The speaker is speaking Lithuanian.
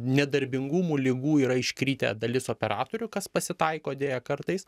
nedarbingumo ligų yra iškritę dalis operatorių kas pasitaiko deja kartais